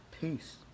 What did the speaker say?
Peace